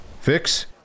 Fix